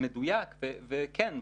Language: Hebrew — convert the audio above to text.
מדויק וכן,